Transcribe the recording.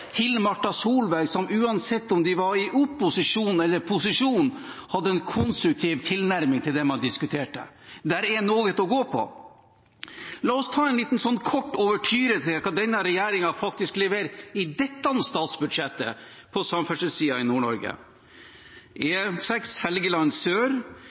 Bolle, Hill-Marta Solberg, som uansett om de var i opposisjon eller i posisjon, hadde en konstruktiv tilnærming til det man diskuterte. Det er noe å gå på. La oss ta en kort ouverture og se hva denne regjeringen faktisk leverer i dette statsbudsjettet på samferdselssiden i Nord-Norge: E6 Helgeland Sør,